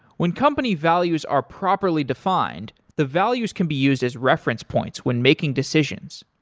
when company values are properly defined, the values can be used as reference points when making decisions.